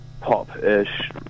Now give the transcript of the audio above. pop-ish